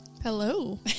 Hello